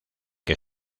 que